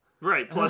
right